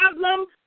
problem